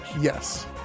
Yes